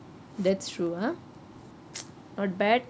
that's true ah not bad